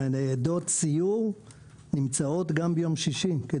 ניידות סיור נמצאות גם ביום שישי.